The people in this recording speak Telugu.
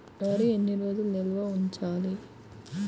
వరి ఎన్ని రోజులు నిల్వ ఉంచాలి?